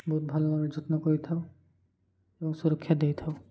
ବହୁତ ଭଲ ଭାବରେ ଯତ୍ନ କରିଥାଉ ଏବଂ ସୁରକ୍ଷା ଦେଇଥାଉ